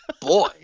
boy